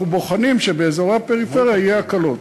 אנחנו בוחנים שבאזורי הפריפריה יהיו הקלות,